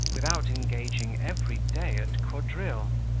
without engaging every day at quadrille,